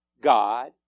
God